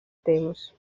temps